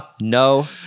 no